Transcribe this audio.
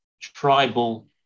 tribal